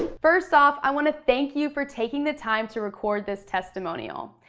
first off, i wanna thank you for taking the time to record this testimonial.